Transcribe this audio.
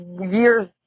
years